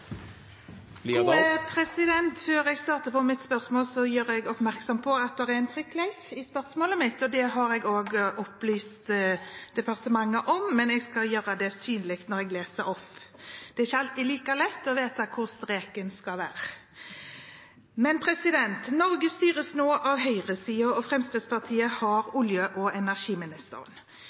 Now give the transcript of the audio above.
jeg gjøre oppmerksom på at det er en «trykkleif» i spørsmålet mitt. Det har jeg opplyst departementet om også, men jeg skal gjøre det synlig når jeg leser opp. Det er ikke alltid like lett å vite hvor streken skal være: «Norge styres nå av høyresiden, og Fremskrittspartiet har olje- og energiministeren.